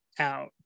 out